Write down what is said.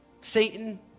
Satan